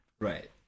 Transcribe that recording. Right